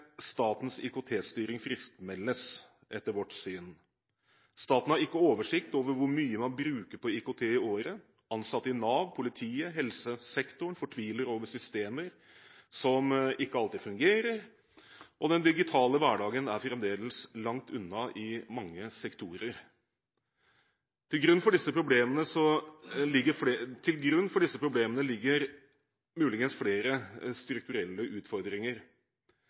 statens IKT-styring friskmeldes, etter vårt syn. Staten har ikke oversikt over hvor mye man bruker på IKT i året. Ansatte i Nav, i politiet og i helsesektoren fortviler over systemer som ikke alltid fungerer, og den digitale hverdagen er fremdeles langt unna i mange sektorer. Til grunn for disse problemene ligger muligens flere strukturelle utfordringer.